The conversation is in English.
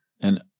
And-